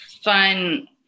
fun